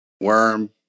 worm